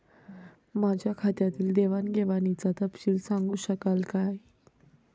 माझ्या खात्यातील देवाणघेवाणीचा तपशील सांगू शकाल काय?